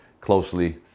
closely